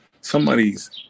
somebody's